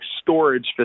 storage